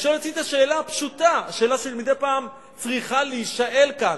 וכשאני שואל את עצמי את השאלה הפשוטה שאלה שמדי פעם צריכה להישאל כאן,